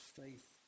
faith